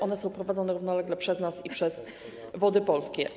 One są prowadzone równolegle przez nas i przez Wody Polskie.